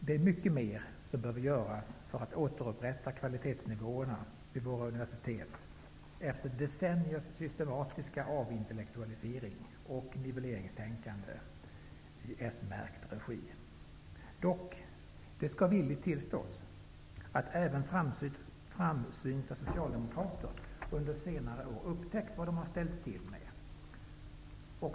Det är mycket mer som behöver göras för att återupprätta kvalitetsnivåerna vid våra universitet efter decenniers systematiska avintellektualisering och nivelleringstänkande i s-märkt regi. Dock skall villigt tillstås att även framsynta socialdemokrater under senare år har upptäckt vad de har ställt till med.